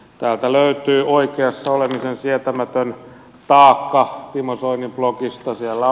täältä löytyy oikeassa olemisen sietämätön taakka timo soinin plokista